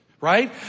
right